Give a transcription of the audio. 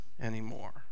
anymore